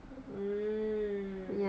mm